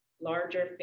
larger